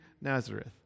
Nazareth